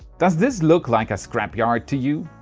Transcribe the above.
does this look like a scrap yard to you?